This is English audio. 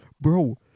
Bro